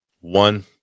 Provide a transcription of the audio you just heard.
one